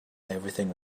everything